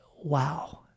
wow